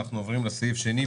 אנחנו עוברים לסעיף השני,